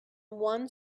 one